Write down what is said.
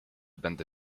będę